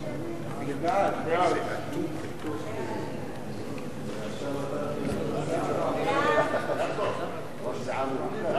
ההצעה להעביר את הצעת חוק הסדרת העיסוק במקצועות הבריאות (תיקון,